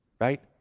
right